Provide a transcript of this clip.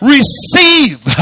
Receive